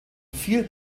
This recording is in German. viel